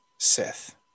sith